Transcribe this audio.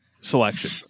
selection